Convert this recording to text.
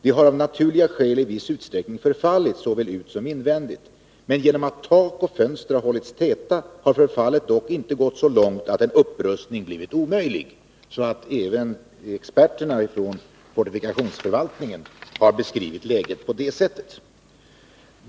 Det har av naturliga skäl förfallit såväl utsom invändigt. Men genom att tak och fönster har hållits täta har förfallet dock inte gått så långt att en upprustning blivit omöjlig. Även experterna från fortifikationsförvaltningen har alltså beskrivit läget på det sättet.